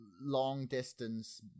long-distance